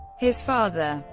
his father,